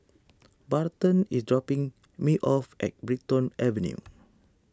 Barton is dropping me off at Brighton Avenue